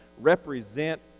represent